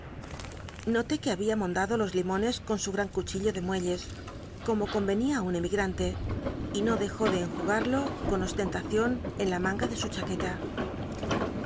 noté que hahia mondado los lillloucs con su gran cuchillo ele muelles como convenia i un emigranle y no dejó de enjugado con ostentacion en la manga de su chaqueta